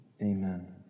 Amen